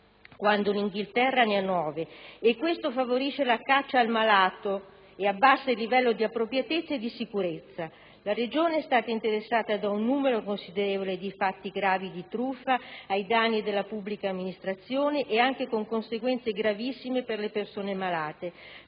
quando l'Inghilterra ne ha nove e questo favorisce la caccia al malato e abbassa il livello di appropriatezza e di sicurezza. La Regione è stata interessata da un numero considerevole di fatti gravi di truffa ai danni della pubblica amministrazione e anche con conseguenze gravissime per le persone malate: